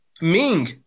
Ming